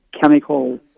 chemical